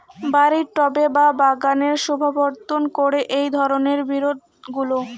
বাড়ির টবে বা বাগানের শোভাবর্ধন করে এই ধরণের বিরুৎগুলো